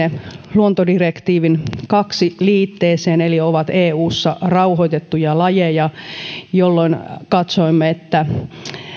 luontodirektiivin toiseen liitteeseen eli ovat eussa rauhoitettuja lajeja jolloin katsoimme että